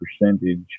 percentage